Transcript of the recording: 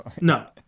No